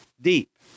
deep